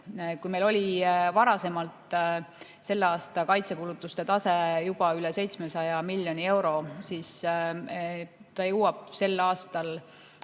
Kui meil oli varasemalt selle aasta kaitsekulutuste tase juba üle 700 miljoni euro, siis sel aastal